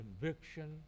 conviction